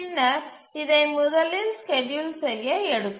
பின்னர் இதை முதலில் ஸ்கேட்யூல் செய்ய எடுக்கும்